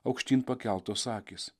aukštyn pakeltos akys